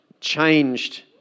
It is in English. Changed